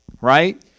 right